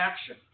action